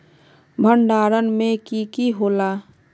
भण्डारण में की की होला?